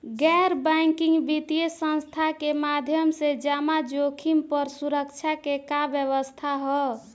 गैर बैंकिंग वित्तीय संस्था के माध्यम से जमा जोखिम पर सुरक्षा के का व्यवस्था ह?